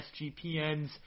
sgpn's